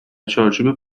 چارچوب